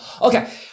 Okay